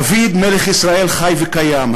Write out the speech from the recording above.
דוד מלך ישראל חי וקיים,